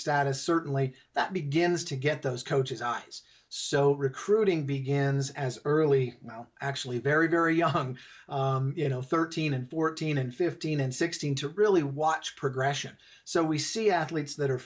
status certainly that begins to get those coaches eyes so recruiting begins as early actually very very young you know thirteen and fourteen and fifteen and sixteen to really watch progression so we see athletes that are